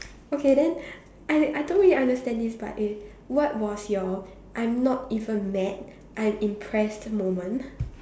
okay then I I don't really understand this part eh what was your I'm not even mad I'm impressed moment